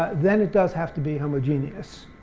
then it does have to be homogeneous,